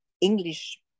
English